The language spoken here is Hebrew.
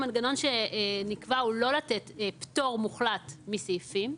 המנגנון שנקבע הוא לא לתת פטור מוחלט מסעיפים.